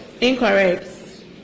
incorrect